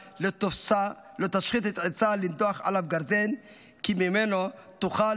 לתפשׂה לא תשחית את עצה לנדֹחַ עליו גרזן כי ממנו תאכל